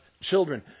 children